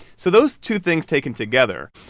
so those two things taken together,